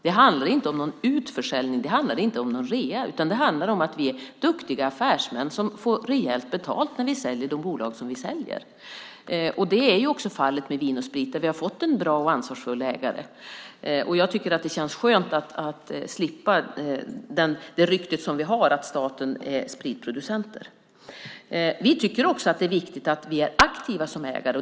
Det handlar inte om någon utförsäljning. Det handlar inte om någon rea. Det handlar om att vi är duktiga affärsmän som får rejält betalt när vi säljer de bolag som vi säljer. Det var också fallet med Vin & Sprit där vi fick en bra och ansvarsfull ägare. Det känns skönt att slippa ryktet att staten är spritproducent. Vi tycker att det är viktigt att vi är aktiva som ägare.